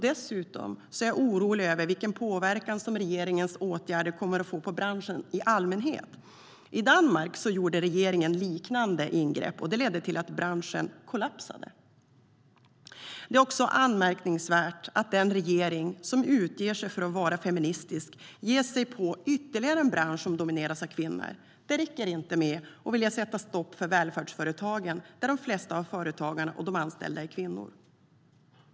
Dessutom är jag orolig över vilken påverkan regeringens åtgärder kommer att få på branschen i allmänhet. I Danmark gjorde regeringen liknande ingrepp, och det ledde till att branschen kollapsade. Det är också anmärkningsvärt att en regering som utger sig för att vara feministisk ger sig på ytterligare en bransch som domineras av kvinnor. Det räcker inte med att vilja sätta stopp för välfärdsföretagen, där de flesta av företagarna och de anställda är kvinnor.